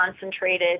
concentrated